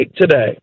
today